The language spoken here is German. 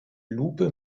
lupe